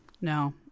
No